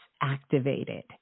activated